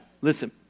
Listen